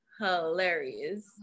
hilarious